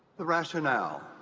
the rationale